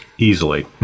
Easily